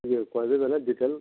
ଇଏ କହିବି ବୋଲେ ଡିଟେଲ